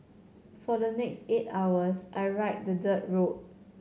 for the next eight hours I ride the dirt road